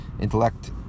Intellect